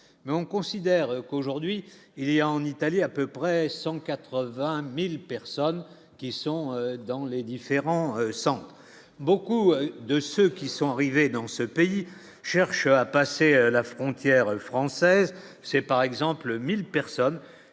Mais on considère qu'aujourd'hui il y a en Italie à peu près 180000 personnes qui sont dans les différents sans beaucoup de ce. Qui sont arrivés dans ce pays cherche à passer la frontière française, c'est par exemple 1000 personnes